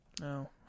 No